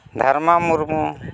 ᱫᱷᱚᱨᱢᱟ Murmu